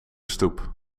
stoep